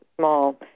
small